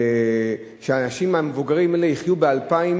שהאנשים המבוגרים האלה יחיו ב-2,000,